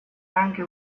anche